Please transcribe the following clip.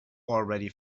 already